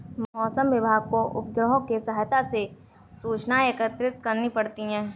मौसम विभाग को उपग्रहों के सहायता से सूचनाएं एकत्रित करनी पड़ती है